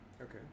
okay